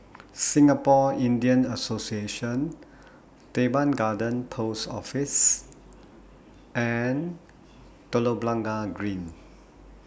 Singapore Indian Association Teban Garden Post Office and Telok Blangah Green